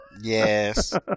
Yes